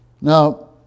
Now